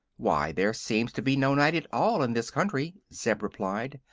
why, there seems to be no night at all in this country, zeb replied.